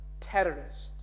terrorists